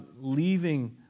leaving